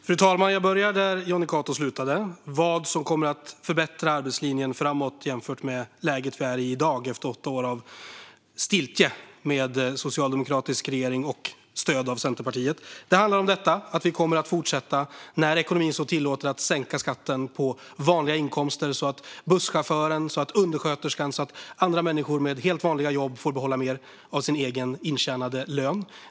Fru talman! Jag börjar där Jonny Cato slutade, med vad som kommer att förbättra arbetslinjen framåt jämfört med läget vi i dag är i efter åtta år av stiltje med en socialdemokratisk regering med stöd av Centerpartiet. Vi kommer, när ekonomin så tillåter, att fortsätta sänka skatten på vanliga inkomster så att busschauffören, undersköterskan och andra människor med helt vanliga jobb får behålla mer av sin egen intjänade lön.